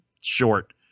short